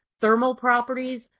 thermal properties,